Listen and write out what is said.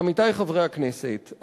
עמיתי חברי הכנסת,